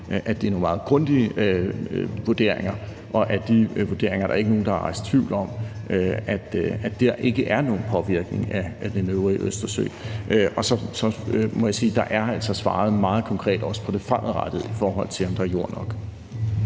at det er nogle meget grundige vurderinger, og i forhold til de vurderinger er der ikke nogen, der har rejst tvivl om, at der ikke er nogen påvirkning af den øvrige Østersø. Og så må jeg sige, at der altså er svaret meget konkret også på det fremadrettede, i forhold til om der er jord nok.